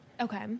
Okay